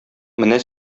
менә